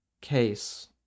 case